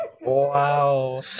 Wow